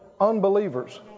unbelievers